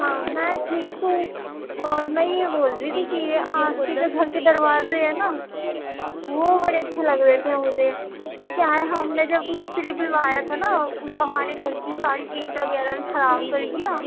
ہاں میں ٹھیک ہوں اور میں یہ بول رہی تھی کہ یہ آپ کے جو گھر کے دروازے ہیں نا وہ بڑے اچھے لگ رہے تھے مجھے وہ کیا ہے ہم نے جب مستری بُلوایا تھا نا وہ ہمارے گھر کی ساری پینٹ وغیرہ خراب کر گیا